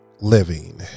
living